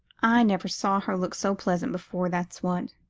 i never saw her look so pleasant before, that's what.